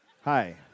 Hi